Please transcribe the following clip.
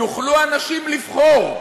יוכלו אנשים לבחור: